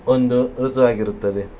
ಒಂದು ಋತುವಾಗಿರುತ್ತದೆ